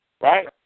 right